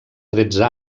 tretze